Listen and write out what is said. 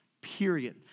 Period